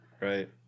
Right